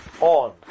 on